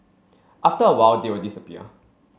after a while they'll disappear